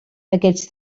aquests